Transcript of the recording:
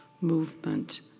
movement